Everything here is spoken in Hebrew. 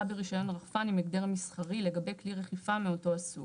ברישיון רחפן עם הגדר מסחרי לגבי כלי רחיפה מאותו הסוג".